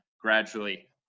gradually